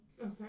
Okay